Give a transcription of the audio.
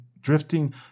drifting